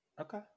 Okay